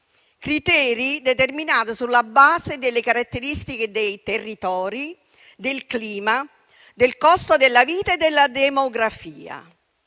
criteri determinati sulla base delle caratteristiche dei territori, del clima, del costo della vita e della demografia.